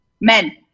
men